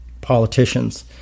politicians